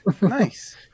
nice